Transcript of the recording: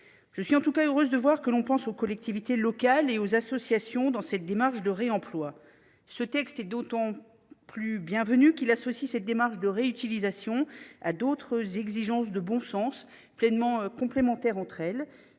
Je suis en tout cas heureuse de voir que l’on pense aux collectivités locales et aux associations dans cette démarche de réemploi. Ce texte est d’autant plus bienvenu qu’il associe cette démarche de réutilisation à d’autres exigences de bon sens, pleinement complémentaires entre elles